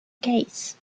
gates